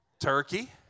Turkey